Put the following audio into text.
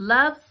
Love